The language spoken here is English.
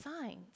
signs